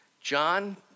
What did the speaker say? John